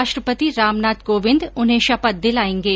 राष्ट्रपति रामनाथ कोविंद उन्हें शपथ दिलायेंगे